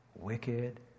wicked